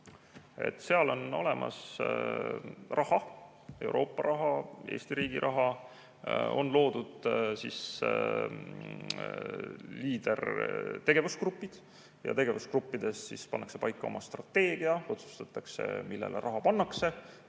Seal on olemas raha, Euroopa raha, Eesti riigi raha. On loodud Leader‑tegevusgrupid ja tegevusgruppides pannakse paika oma strateegia, otsustatakse, millele raha pannakse